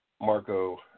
Marco